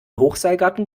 hochseilgarten